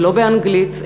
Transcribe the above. ולא באנגלית,